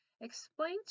explain